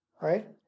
right